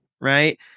Right